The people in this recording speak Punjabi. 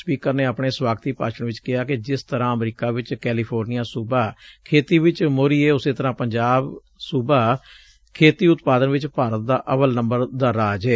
ਸਪੀਕਰ ਨੇ ਆਪਣੇ ਸਵਾਗਤੀ ਭਾਸ਼ਣ ਵਿਚ ਕਿਹਾ ਕਿ ਜਿਸ ਤਰਾ ਅਮਰੀਕਾ ਵਿਚ ਕੈਲੀਫੋਰਨੀਆ ਸੁਬਾ ਖੇਤੀ ਵਿਚ ਮੋਹਰੀ ਏ ਉਸੇ ਤਰ੍ਾਂ ਪੰਜਾਬ ਸੁਬਾ ਖੇਤੀ ਉਤਪਾਦਨ ਵਿਚ ਭਾਰਤ ਦਾ ਅੱਵਲ ਨੰਬਰ ਰਾਜ ੱਏ